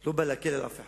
לא בא להקל על אף אחד: